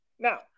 Now